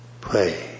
Pray